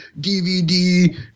DVD